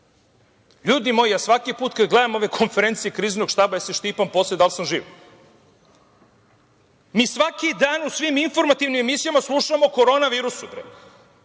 moji, svaki put kada gledam ove konferencije Kriznog štaba ja se štipam posle, da li sam živ. Mi svaki dan u svim informativnim emisijama slušamo o korona virusu, bre!